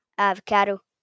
avocado